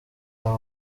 aba